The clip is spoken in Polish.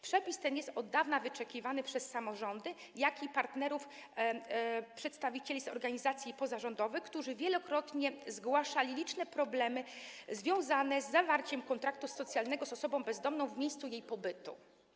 Przepis ten jest od dawna wyczekiwany zarówno przez samorządy, jak i partnerów - przedstawicieli organizacji pozarządowych, którzy wielokrotnie zgłaszali liczne problemy związane z zawarciem kontraktu socjalnego z osobą bezdomną w miejscu jej pobytu.